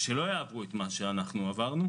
שלא יקרו.